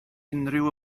unrhyw